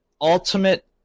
Ultimate